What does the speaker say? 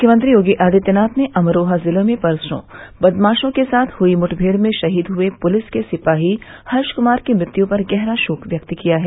मुख्यमंत्री योगी आदित्यनाथ ने अमरोहा जिले में परसों बदमाशों के साथ हुई मुठभेड़ में शहीद हुए पुलिस के सिपाही हर्ष कुमार की मृत्य पर गहरा शोक व्यक्त किया है